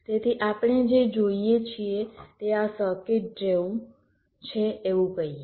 તેથી આપણે જે જોઈએ છીએ તે આ સર્કિટ જેવું છે એવું કહીએ